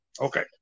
Okay